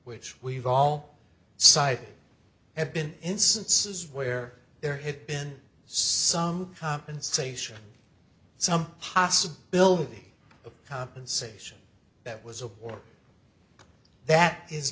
which we've all sides have been instances where there had been some compensation some possibility of compensation that was a or that is